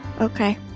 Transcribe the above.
Okay